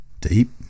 Deep